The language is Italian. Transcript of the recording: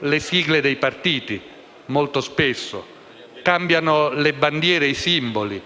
le sigle dei partiti, molto spesso cambiano le bandiere e i simboli,